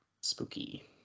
Spooky